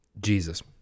Jesus